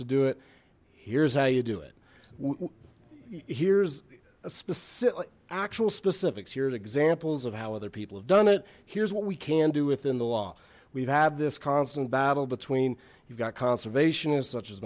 to do it here's how you do it here's a specific actual specifics here's examples of how other people have done it here's what we can do within the law we've had this constant battle between you've got conservationists such as